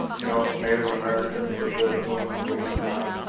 you know, native americans were visible and moving about.